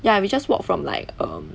ya we just walk from like um